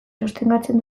sostengatzen